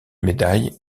médailles